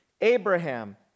Abraham